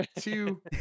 two